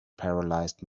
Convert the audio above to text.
paralysed